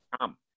come